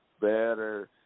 better